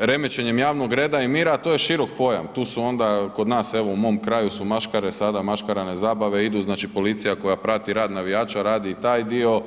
remećenjem javnog reda i mira, a to je širok pojam, tu su onda kod evo, u mom kraju su maškare sada, maškarane zabave, idu, znači policija koja prati rad navijača radi i taj dio.